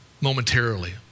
momentarily